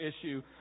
issue